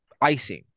icing